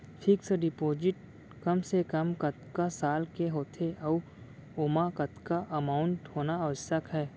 Fix deposit कम से कम कतका साल के होथे ऊ ओमा कतका अमाउंट होना आवश्यक हे?